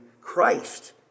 Christ